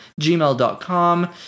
gmail.com